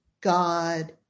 God